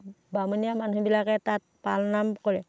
বামুণীয়া মানুহবিলাকে তাত পালনাম কৰে